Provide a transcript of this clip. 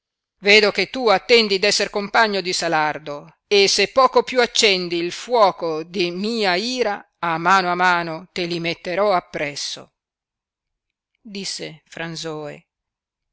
vedo che tu attendi d esser compagno di salardo e se poco più accendi il fuoco de mia ira a mano a mano te li metterò appresso disse fransoe